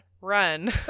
run